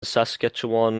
saskatchewan